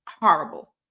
horrible